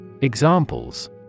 Examples